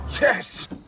Yes